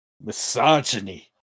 Misogyny